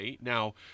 Now